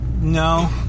No